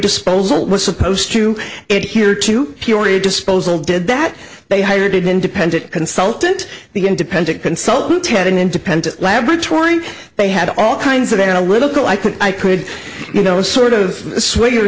disposal was supposed to it here to peoria disposal did that they hired an independent consultant the independent consultant ted an independent laboratory they had all kinds of and a little i could i could you know sort of sway your